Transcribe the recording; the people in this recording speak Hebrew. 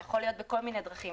או בכל מיני דרכים אחרות.